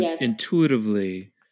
intuitively